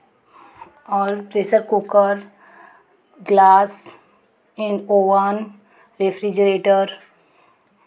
और pressure cooker glass and oven refrigerator